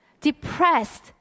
depressed